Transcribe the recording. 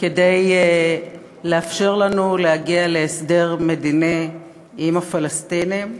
כדי לאפשר לנו להגיע להסדר מדיני עם הפלסטינים.